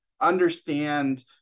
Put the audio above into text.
understand